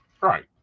Right